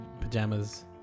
pajamas